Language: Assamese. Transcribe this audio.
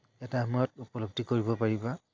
এটা সময়ত উপলব্ধি কৰিব পাৰিবা